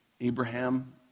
Abraham